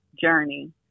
journey